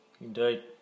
Indeed